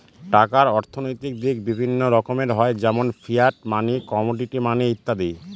টাকার অর্থনৈতিক দিক বিভিন্ন রকমের হয় যেমন ফিয়াট মানি, কমোডিটি মানি ইত্যাদি